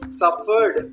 suffered